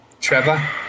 Trevor